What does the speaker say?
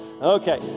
Okay